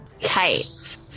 Tight